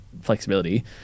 flexibility